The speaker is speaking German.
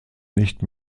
nicht